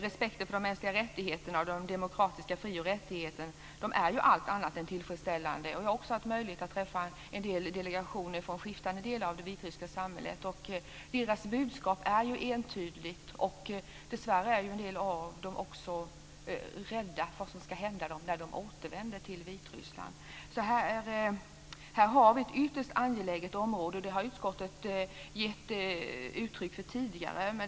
Respekten för de mänskliga rättigheterna och de demokratiska fri och rättigheterna är allt annat än tillfredsställande. Jag har också haft möjlighet att träffa delegationer från skiftande delar av det vitryska samhället, och deras budskap är entydigt. Dessvärre är en del av dem också rädda för vad som ska hända dem när de återvänder till Vitryssland. Här har vi alltså ett ytterst angeläget område. Det har utskottet gett uttryck för tidigare.